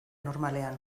normalean